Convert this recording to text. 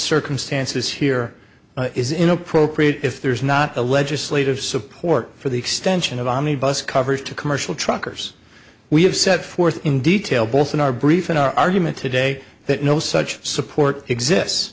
circumstances here is inappropriate if there is not a legislative support for the extension of ami bus coverage to commercial truckers we have set forth in detail both in our brief and our argument today that no such support exists